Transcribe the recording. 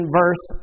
verse